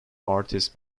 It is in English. artists